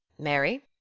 mary?